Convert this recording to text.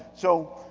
so,